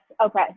Okay